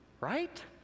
right